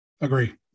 Agree